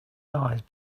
eyes